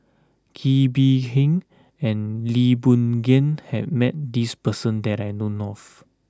Kee Bee Khim and Lee Boon Ngan has met this person that I known of